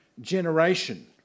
generation